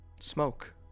smoke